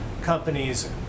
companies